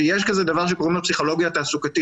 שיש כזה דבר שקוראים לה פסיכולוגיה תעסוקתית,